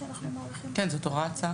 שתי הערות.